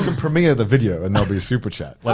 and premiere the video and there'll be a super chat. like